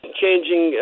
changing